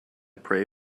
pray